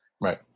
Right